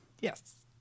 Yes